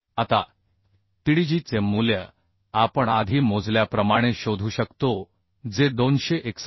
आता Tdg चे मूल्य आपण आधी मोजल्याप्रमाणे शोधू शकतो जे 261